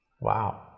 Wow